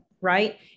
right